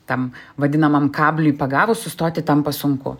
tam vadinamam kabliui pagavus sustoti tampa sunku